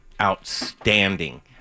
outstanding